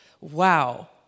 wow